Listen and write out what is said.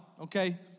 okay